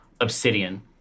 obsidian